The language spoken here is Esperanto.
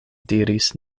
diris